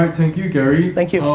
and thank you, gary. thank you.